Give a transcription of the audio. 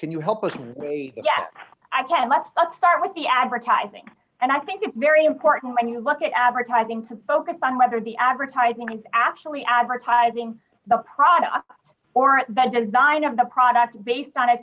can you help us yes i can let us start with the advertising and i think it's very important when you look at advertising to focus on whether the advertising is actually advertising the product or the design of the product based on a